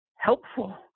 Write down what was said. helpful